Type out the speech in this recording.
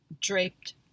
draped